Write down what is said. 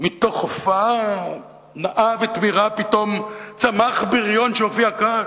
מתוך הופעה נאה ותמירה פתאום צמח בריון שהופיע כאן,